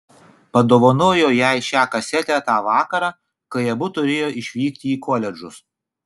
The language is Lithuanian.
padovanojo jai šią kasetę tą vakarą kai abu turėjo išvykti į koledžus